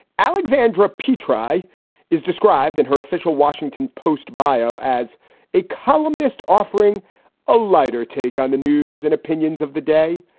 alexandra p. try is described in her official washington post bio as a columnist offering a lighter take on the news and opinions of the day.